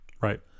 right